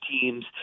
teams